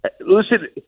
Listen